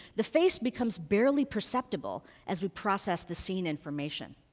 the face becomes barely perceptible as we process the scene information.